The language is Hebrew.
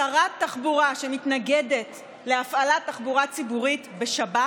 שרת תחבורה שמתנגדת להפעלת תחבורה ציבורית בשבת